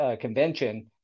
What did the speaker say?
convention